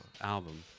album